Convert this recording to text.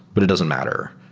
but it doesn't matter,